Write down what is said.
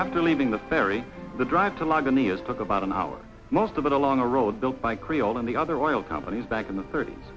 after leaving the ferry the drive to log in the us took about an hour most of it along a road built by creole and the other oil companies back in the thirt